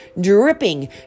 dripping